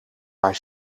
haar